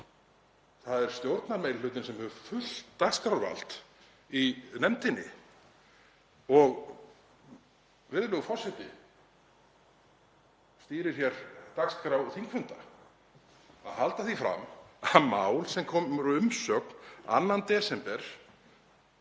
Það er stjórnarmeirihlutinn sem hefur fullt dagskrárvald í nefndinni og virðulegur forseti stýrir hér dagskrá þingfunda. Að halda því fram að það mál sem kom úr umsögn 2. desember